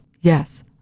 Yes